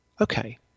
okay